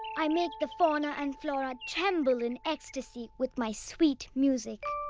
i make the fauna and flora tremble in ecstasy with my sweet music.